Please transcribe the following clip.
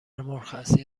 مرخصی